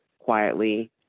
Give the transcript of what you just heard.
quietly